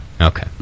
Okay